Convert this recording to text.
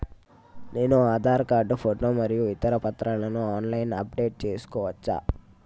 నేను Aadhaar card photo మరియు ఇతర పత్రాలను ఆన్ లైన్ అప్ డెట్ చేసుకోవచ్చా?